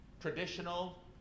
traditional